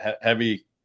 heavy